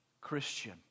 Christian